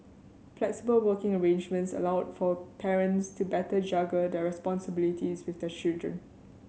flexible working arrangements allowed for parents to better juggle their responsibilities with their children